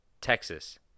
Texas